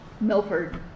Milford